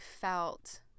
felt